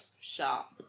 Sharp